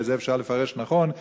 שאת זה אפשר לפרש נכון,